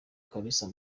kalisa